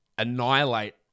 annihilate